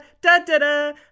da-da-da